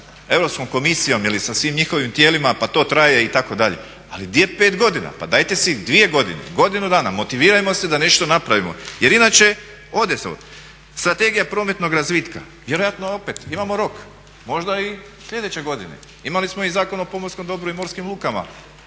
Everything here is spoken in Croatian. sa Europskom komisijom ili sa svim njihovim tijelima pa to traje itd., ali gdje je 5 godina, pa dajte si dvije godine, godinu dana, motivirajmo se da nešto napravimo jer inače ode sve. Strategija prometnog razvitka vjerojatno opet, imamo rok možda i sljedeće godine, imali smo i Zakon o pomorskom dobru i morskim lukama,